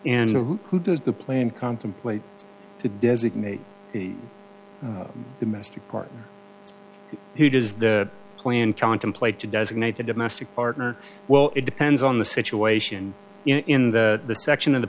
and who does the plan contemplate to designate the domestic partner who does the plan contemplate to designate a domestic partner well it depends on the situation in the section of the